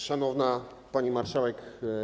Szanowna Pani Marszałek!